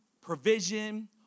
provision